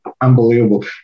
unbelievable